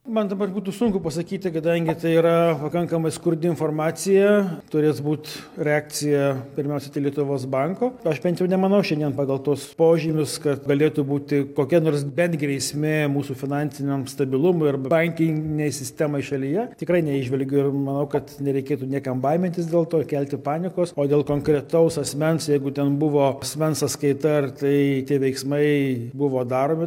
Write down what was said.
man dabar būtų sunku pasakyti kadangi tai yra pakankamai skurdi informacija turės būt reakcija pirmiausiai tai lietuvos banko aš bent jau nemanau šiandien pagal tuos požymius kad galėtų būti kokia nors bent grėsmė mūsų finansiniam stabilumui ar bankinei sistemai šalyje tikrai neįžvelgiu ir manau kad nereikėtų niekam baimintis dėl to ir kelti panikos o dėl konkretaus asmens jeigu ten buvo asmens sąskaita ar tai tie veiksmai buvo daromi